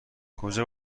کجا